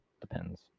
Depends